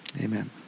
Amen